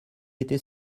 était